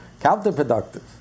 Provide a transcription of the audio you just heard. counterproductive